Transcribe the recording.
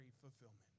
fulfillment